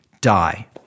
die